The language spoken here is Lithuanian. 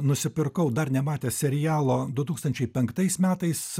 nusipirkau dar nematęs serialo du tūkstančiai penktais metais